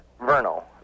Vernal